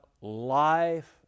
life